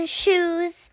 shoes